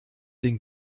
den